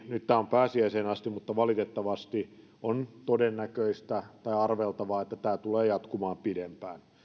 nyt tämä on pääsiäiseen asti mutta valitettavasti on todennäköistä tai arveltavaa että tämä tulee jatkumaan pidempään ja